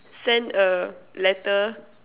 send a letter